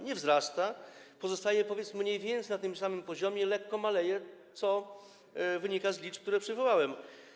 Nie wzrasta, pozostaje, powiedzmy, mniej więcej na tym samym poziomie, lekko maleje, co wynika z liczb, które przywołałem.